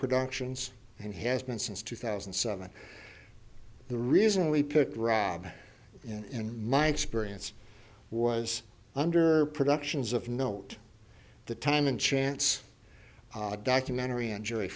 productions and has been since two thousand and seven the reason we picked rob in my experience was under productions of note the time and chance documentary and j